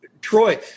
Troy